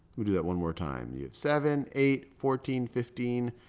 me do that one more time. you have seven, eight, fourteen, fifteen,